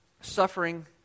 suffering